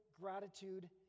gratitude